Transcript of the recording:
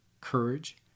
Courage